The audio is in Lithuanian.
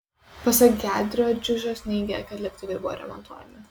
pasak gedrio džiužas neigė kad lėktuvai buvo remontuojami